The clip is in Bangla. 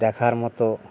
দেখার মতো